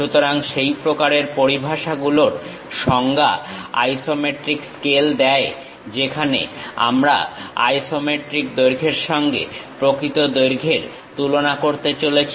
সুতরাং সেই প্রকারের পরিভাষাগুলোর সংজ্ঞা আইসোমেট্রিক স্কেল দেয় যেখানে আমরা আইসোমেট্রিক দৈর্ঘ্যের সঙ্গে প্রকৃত দৈর্ঘ্যের তুলনা করতে চলেছি